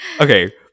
okay